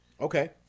Okay